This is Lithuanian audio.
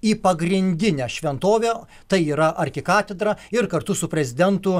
į pagrindinę šventovę tai yra arkikatedrą ir kartu su prezidentu